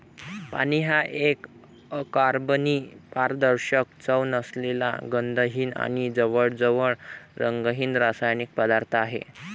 पाणी हा एक अकार्बनी, पारदर्शक, चव नसलेला, गंधहीन आणि जवळजवळ रंगहीन रासायनिक पदार्थ आहे